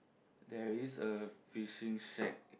there is a fishing shack